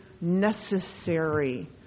necessary